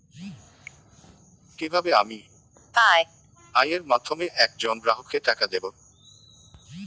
কিভাবে আমি ইউ.পি.আই এর মাধ্যমে এক জন গ্রাহককে টাকা দেবো?